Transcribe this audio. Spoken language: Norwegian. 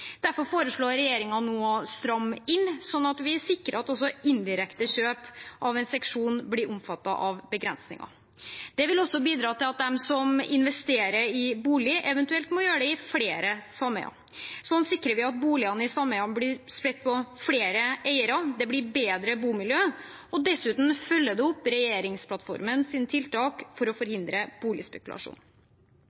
Derfor foreslår regjeringen nå å stramme inn, slik at vi sikrer at også indirekte kjøp av en seksjon blir omfattet av begrensningen. Det vil også bidra til at de som investerer i bolig, eventuelt må gjøre det i flere sameier. Slik sikrer vi at boligene i et sameie blir spredt på flere eiere, det blir et bedre bomiljø, og dessuten følger det opp regjeringsplattformens tiltak for å